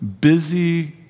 busy